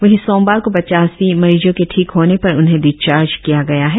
वही सोमवार को पचासी मरीजों के ठीक होने पर उन्हें डिस्चार्ज किया गया है